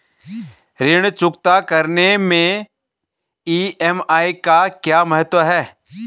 ऋण चुकता करने मैं ई.एम.आई का क्या महत्व है?